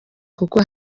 kuko